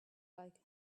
like